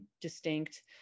distinct